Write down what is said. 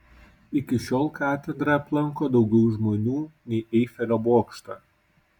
iki šiol katedrą aplanko daugiau žmonių nei eifelio bokštą